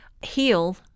heal